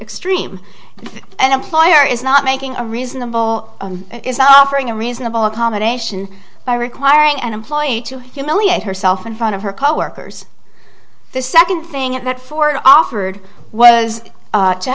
extreme an employer is not making a reasonable is not offering a reasonable accommodation by requiring an employee to humiliate herself in front of her coworkers the second thing at that forward offered was